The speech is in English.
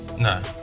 No